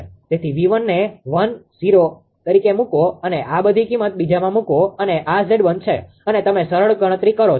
તેથી 𝑉1 ને 1∠0 તરીકે મૂકો અને આ બધી કિંમત બીજામાં મૂકો અને આ 𝑍1 છે અને તમે સરળ કરો છો